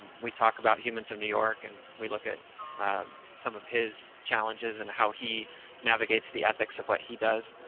and we talk about humans of new york, and we look at some of his challenges and how he navigates the ethics of what he does,